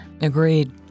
Agreed